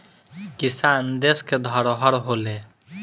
किसान देस के धरोहर होलें